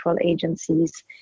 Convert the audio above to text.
agencies